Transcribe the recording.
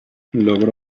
logró